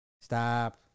Stop